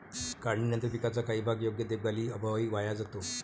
काढणीनंतर पिकाचा काही भाग योग्य देखभालीअभावी वाया जातो